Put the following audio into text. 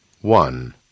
One